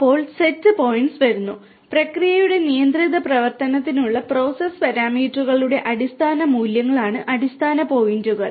അപ്പോൾ സെറ്റ് പോയിന്റുകൾ വരുന്നു പ്രക്രിയയുടെ നിയന്ത്രിത പ്രവർത്തനത്തിനുള്ള പ്രോസസ് പാരാമീറ്ററുകളുടെ അടിസ്ഥാന മൂല്യങ്ങളാണ് അടിസ്ഥാന പോയിന്റുകൾ